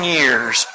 years